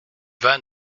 vin